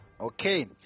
okay